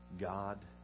God